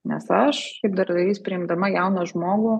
nes aš darbdavys priimdama jauną žmogų